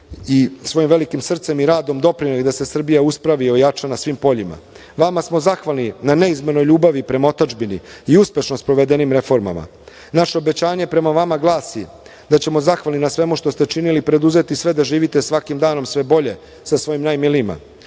i svojim velikim srcem i radom doprineli da se Srbija uspravi i ojača na svim poljima. Vama smo zahvalni na neizmernoj ljubavi prema otadžbini i uspešno sprovedenim reformama. Naše obećanje prema vama glasi da ćemo, zahvalni na svemu što ste činili, preduzeti sve da živite svakim danom sve bolje sa svojim najmilijima,